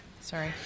Sorry